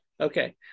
Okay